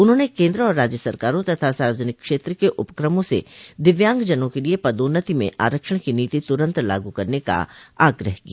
उन्होंने केन्द्र और राज्य सरकारों तथा सार्वजनिक क्षेत्र के उपक्रमों से दिव्यांगजनों के लिए पदोन्नति म की नीति तुरन्त लागू करने का आग्रह किया